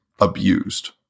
abused